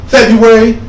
February